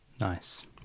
Nice